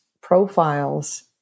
profiles